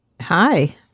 Hi